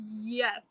Yes